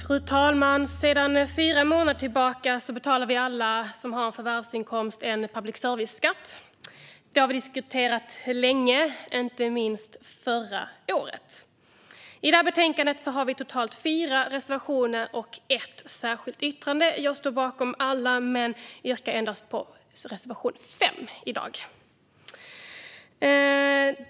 Fru talman! Sedan fyra månader tillbaka betalar alla vi som har en förvärvsinkomst en public service-skatt. Den har vi diskuterat länge, inte minst förra året. I det här betänkandet har vi totalt fyra reservationer och ett särskilt yttrande. Jag står bakom alla men yrkar i dag bifall endast till reservation 5.